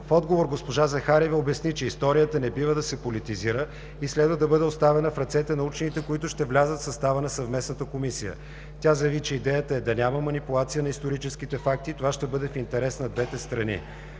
В отговор госпожа Захариева обясни, че историята не бива да се политизира и следва да бъде оставена в ръцете на учените, които ще влязат в състава на съвместната комисия. Тя заяви, че идеята е да няма манипулация на историческите факти и това ще бъде в интерес на двете страни.